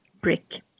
brick